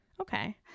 Okay